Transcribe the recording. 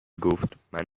گفتمن